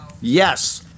Yes